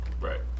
Right